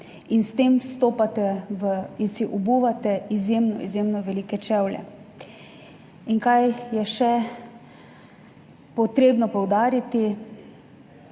in s tem vstopate v in si obuvate izjemno, izjemno velike čevlje. In kaj je še potrebno poudariti,